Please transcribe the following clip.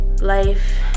life